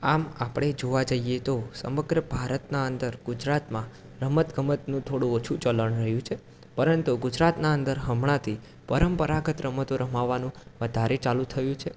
આમ આપણે જોવા જઈએ તો સમગ્ર ભારતના અંદર ગુજરાતમાં રમતગમતનું થોડું ઓછું ચલણ રહ્યું છે પરંતુ ગુજરાતના અંદર હમણાંથી પરંપરાગત રમતો રમવાનું વધારે ચાલુ થયું છે